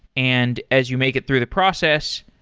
and as you make it through the process,